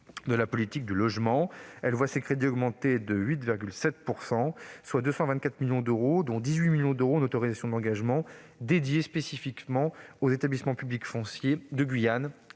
de la politique du logement. Elle voit ses crédits augmenter de 8,7 %, soit 224 millions d'euros, dont 18 millions d'euros en autorisations d'engagement dédiées spécifiquement aux établissements publics fonciers de Guyane